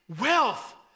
wealth